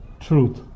Truth